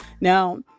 Now